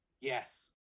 Yes